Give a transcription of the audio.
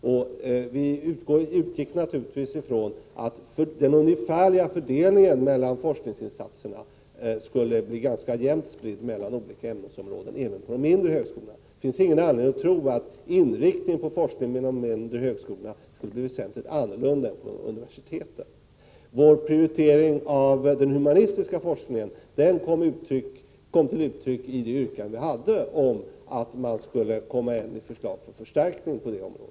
Naturligtvis utgick vi från att den ungefärliga fördelningen av forskningsinsatserna skulle bli ganska jämn mellan olika ämnesområden även på de mindre högskolorna. Det finns ingen anledning att tro att inriktningen på forskningen vid de mindre högskolorna skulle bli väsentligt annorlunda än vid universiteten. Vår prioritering av den humanistiska forskningen kom till uttryck i vårt yrkande på en förstärkning på detta område.